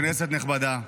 כנסת נכבדה,